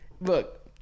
Look